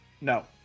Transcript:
no